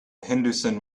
henderson